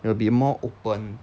it'll be more open to